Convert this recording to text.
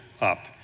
up